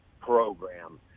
program